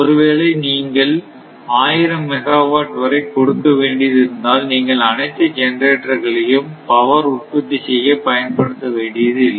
ஒருவேளை நீங்க எல்லாம் ஆயிரம் மெகாவாட் வரை கொடுக்க வேண்டியது இருந்தால் நீங்கள் அனைத்து ஜெனரேட்டர்களையும் பவர் உற்பத்தி செய்ய பயன்படுத்த வேண்டியது இல்லை